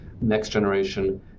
next-generation